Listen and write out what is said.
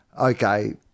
okay